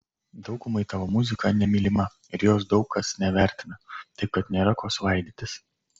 daugumai tavo muzika nemylima ir jos daug kas nevertina taip kad nėra ko svaidytis